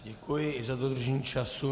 Děkuji i za dodržení času.